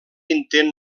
intent